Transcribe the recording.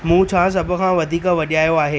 मूं छा सभ खां वधीक वॼायो आहे